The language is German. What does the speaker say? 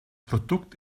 produkt